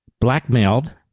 blackmailed